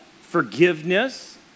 forgiveness